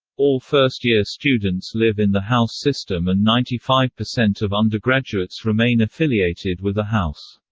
all first year students live in the house system and ninety five percent of undergraduates remain affiliated with a house.